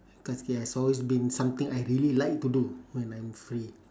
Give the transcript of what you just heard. cause that has always been something I really like to do when I am free